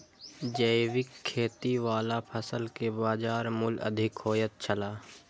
जैविक खेती वाला फसल के बाजार मूल्य अधिक होयत छला